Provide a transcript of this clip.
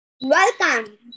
Welcome